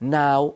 now